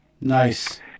Nice